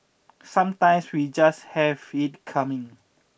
sometimes we just have it coming